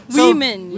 Women